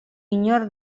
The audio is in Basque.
inor